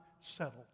settled